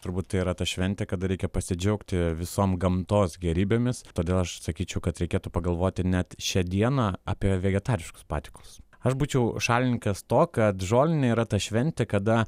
turbūt tai yra ta šventė kada reikia pasidžiaugti visom gamtos gėrybėmis todėl aš sakyčiau kad reikėtų pagalvoti net šią dieną apie vegetariškus patiekalus aš būčiau šalininkas to kad žolinė yra ta šventė kada